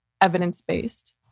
evidence-based